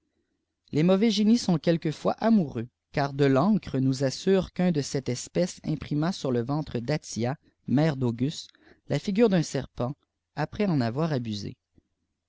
les mauvais génies sont quelquefois amoureux car de lancre nous assure qu'un de cette espèce imprima sur le ventre d'attia mère d'auguste la figure d'un serpent après en avoir abusé